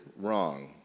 wrong